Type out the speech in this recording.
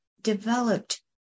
developed